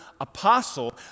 apostle